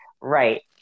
Right